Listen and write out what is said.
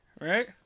Right